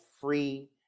free